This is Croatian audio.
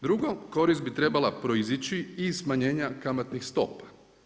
Drugo, korist bi trebala proizići i iz smanjenja kamatnih stopa.